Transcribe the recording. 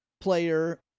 player